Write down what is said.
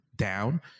down